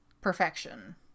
perfection